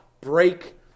break